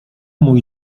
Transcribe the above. mój